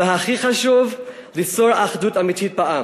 והכי חשוב, ליצור אחדות אמיתית בעם.